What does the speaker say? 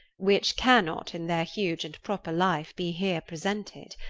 which cannot in their huge and proper life, be here presented.